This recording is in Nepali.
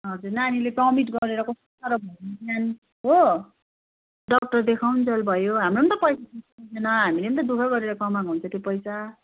हजुर नानीले भमिट गरेर कस्तो साह्रो भयो नानी हो डाक्टर देखाउन्जेल भयो हाम्रो पनि त पैसा पुग्दैन हामीले पनि त दुःख गरेर कमाएको हुन्छ त्यो पैसा